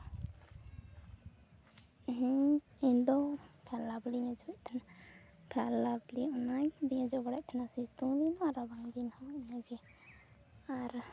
ᱤᱧ ᱫᱚ ᱯᱷᱮᱭᱟᱨᱞᱟᱵᱞᱤᱧ ᱚᱡᱚᱜ ᱮᱫ ᱛᱟᱦᱮᱱᱟ ᱯᱷᱮᱭᱟᱨᱞᱟᱵᱞᱤ ᱚᱱᱟ ᱜᱮ ᱤᱧᱫᱩᱧ ᱚᱡᱚᱜ ᱵᱟᱲᱟᱭᱮᱫ ᱛᱟᱦᱮᱱᱟ ᱥᱤᱛᱩᱝ ᱫᱤᱱ ᱦᱚᱸ ᱟᱨ ᱨᱟᱵᱟᱝ ᱫᱤᱱ ᱦᱚᱸ ᱤᱱᱟᱹᱜᱮ ᱟᱨ